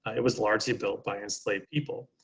it was largely built by enslaved people.